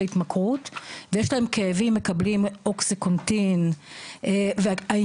ההתמכרות ויש להם כאבים מקבלים אוקסיקונטין והעניין